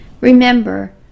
Remember